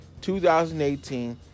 2018